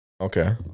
Okay